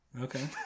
okay